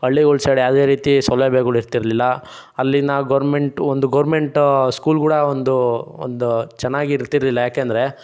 ಹಳ್ಳಿಗಳ ಸೈಡ್ ಯಾವುದೇ ರೀತಿ ಸೌಲಭ್ಯಗಳಿರ್ತಿರಲಿಲ್ಲ ಅಲ್ಲಿನ ಗೋರ್ಮೆಂಟು ಒಂದು ಗೋರ್ಮೆಂಟ್ ಸ್ಕೂಲ್ಗಳು ಒಂದು ಒಂದು ಚೆನಾಗಿರ್ತಿರಲಿಲ್ಲ ಯಾಕೆಂದರೆ